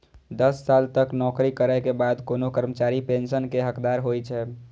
दस साल तक नौकरी करै के बाद कोनो कर्मचारी पेंशन के हकदार होइ छै